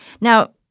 Now